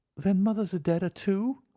then mother's a deader too,